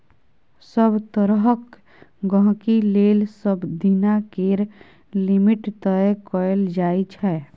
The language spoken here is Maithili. सभ तरहक गहिंकी लेल सबदिना केर लिमिट तय कएल जाइ छै